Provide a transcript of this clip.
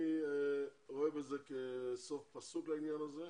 אני רואה בזה כסוף פסוק לעניין הזה.